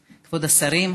כבוד השרים,